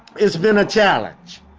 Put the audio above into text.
it's been a challenge.